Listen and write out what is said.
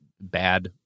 bad